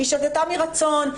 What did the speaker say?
היא שתתה מרצון,